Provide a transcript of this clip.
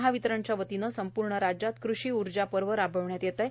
महावितरणच्या वतीने संपूर्ण राज्यात कृषी ऊर्जा पर्व राबविण्यात येत आहे